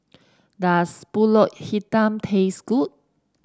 does pulut Hitam taste good